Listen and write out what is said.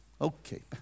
Okay